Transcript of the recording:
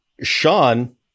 Sean